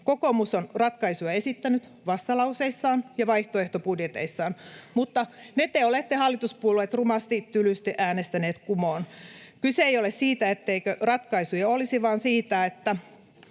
Kokoomus on ratkaisuja esittänyt vastalauseissaan ja vaihtoehtobudjeteissaan, mutta ne te, hallituspuolueet, olette rumasti, tylysti äänestäneet kumoon. Kyse ei ole siitä, etteikö ratkaisuja olisi, vaan siitä, että